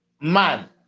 man